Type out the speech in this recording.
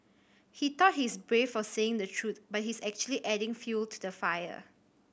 he thought he's brave for saying the truth but he's actually just adding fuel to the fire